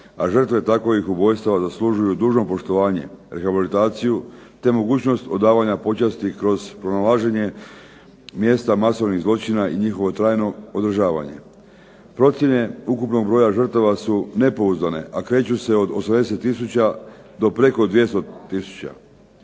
a žrtve takvih ubojstava zaslužuju dužno poštovanje, rehabilitaciju te mogućnost odavanja počasti kroz pronalaženje mjesta masovnih zločina i njihovo trajno održavanje. Procjene ukupnog broja žrtava su nepouzdane a kreću se od 80 tisuća do preko 200